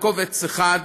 בקובץ אחד,